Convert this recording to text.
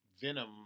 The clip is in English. Venom